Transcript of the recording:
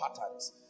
patterns